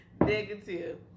Negative